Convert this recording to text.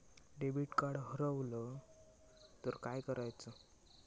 Debit card हरवल तर काय करायच?